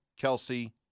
Kelsey